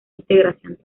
integración